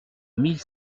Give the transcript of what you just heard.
mille